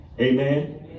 Amen